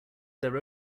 their